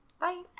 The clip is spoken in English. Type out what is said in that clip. Bye